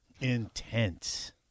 Intense